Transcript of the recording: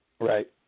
Right